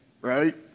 Right